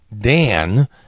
Dan